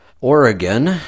Oregon